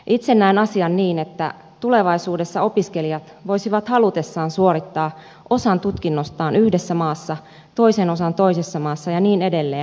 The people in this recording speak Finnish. itse näen asian niin että tulevaisuudessa opiskelijat voisivat halutessaan suorittaa osan tutkinnostaan yhdessä maassa toisen osan toisessa maassa ja niin edelleen